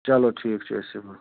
چَلو ٹھِیٖک چھُ أسۍ یِمو